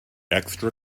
extra